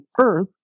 Earth